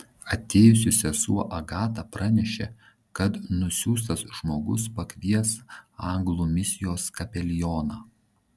atėjusi sesuo agata pranešė kad nusiųstas žmogus pakvies anglų misijos kapelioną